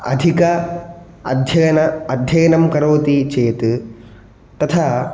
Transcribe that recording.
अधिक अध्ययन अध्ययनं करोति चेत् तथा